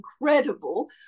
incredible